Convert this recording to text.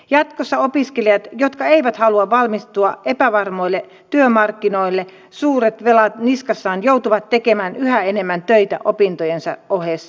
jatkossa opiskelijat jotka eivät halua valmistua epävarmoille työmarkkinoille suuret velat niskassaan joutuvat tekemään yhä enemmän töitä opintojensa ohessa